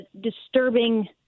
disturbing